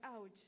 out